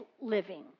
living